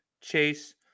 Chase